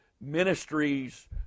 ministries